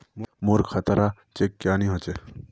मोर खाता डा चेक क्यानी होचए?